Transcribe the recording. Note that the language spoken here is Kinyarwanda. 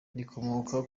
rikomoka